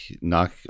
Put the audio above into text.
knock